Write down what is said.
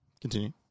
Continue